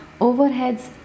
overheads